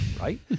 Right